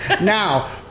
Now